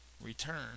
return